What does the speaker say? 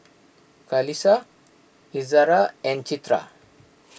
Qalisha Izzara and Citra